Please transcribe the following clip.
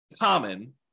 common